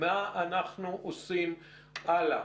מה אנחנו עושים הלאה?